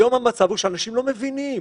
היום המצב הוא שאנשים לא מבינים.